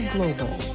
Global